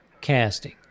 casting